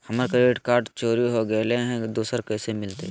हमर credit card चोरी हो गेलय हई, दुसर कैसे मिलतई?